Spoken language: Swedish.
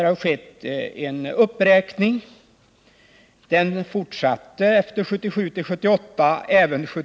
Bidraget räknades upp budgetåret 1977 79.